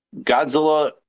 Godzilla